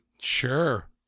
Sure